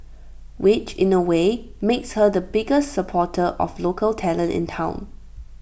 which in A way makes her the biggest supporter of local talent in Town